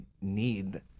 need